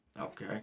Okay